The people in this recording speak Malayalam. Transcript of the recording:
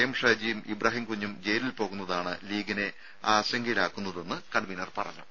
എം ഷാജിയും ഇബ്രാഹിംകുഞ്ഞും ജയിലിൽ പോകുന്നതാണ് ലീഗിനെ ആശങ്കയിലാക്കുന്നതെന്ന് കൺവീനർ പറഞ്ഞു